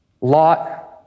Lot